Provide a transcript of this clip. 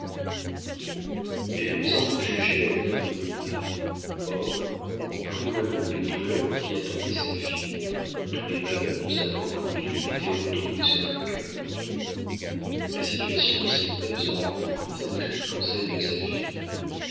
elle avait sans doute jugé l'avenir de moïna or en prévoyant les douleurs qui attendaient sa fille tous les malheurs de sa propre vie lui étaient retombés sur le cœur la situation de cette mère sera comprise en expliquant celle de sa fille